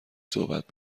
صحبت